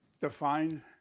define